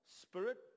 spirit